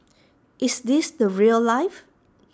is this the rail life